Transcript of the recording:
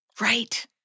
Right